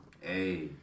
Hey